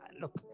Look